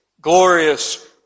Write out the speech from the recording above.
glorious